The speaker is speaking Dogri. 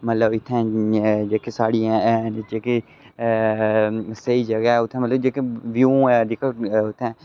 मतलव इत्थें जेह्कियां साढ़ियां हैन जेह्के सेही जगह् हैन मतलव जहह्के व्यू हैन